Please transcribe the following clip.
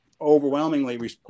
overwhelmingly